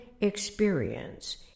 experience